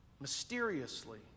mysteriously